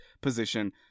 position